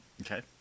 Okay